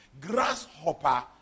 grasshopper